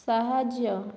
ସାହାଯ୍ୟ